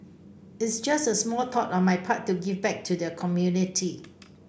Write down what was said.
it's just a small thought on my part to give back to the community